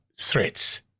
threats